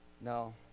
No